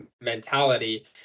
mentality